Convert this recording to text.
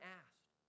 asked